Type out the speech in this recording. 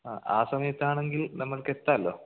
അ ആ സമയത്താണെങ്കിൽ നമുക്ക് എത്താല്ലോ